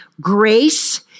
grace